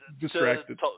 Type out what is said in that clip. distracted